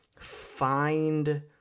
find